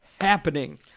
happening